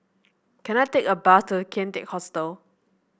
can I take a bus to Kian Teck Hostel